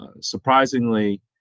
Surprisingly